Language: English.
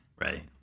Right